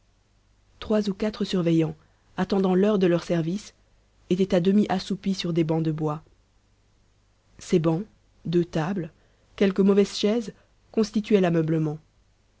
trois ou quatre surveillants attendant l'heure de leur service étaient à demi assoupis sur des bancs de bois ces bancs deux tables quelques mauvaises chaises constituaient l'ameublement